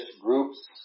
groups